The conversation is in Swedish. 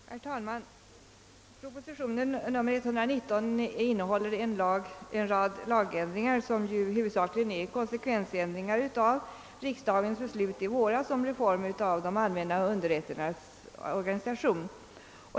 Herr talman! Propositionen nr 119 innehåller förslag till en rad lagändringar, vilka huvudsakligen är konsekvensändringar av riksdagens beslut om reformer av de allmänna underrätternas organisation.